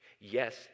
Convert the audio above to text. Yes